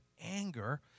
anger